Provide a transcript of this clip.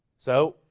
so,